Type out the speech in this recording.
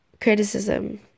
Criticism